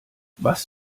was